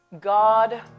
God